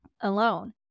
alone